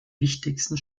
wichtigsten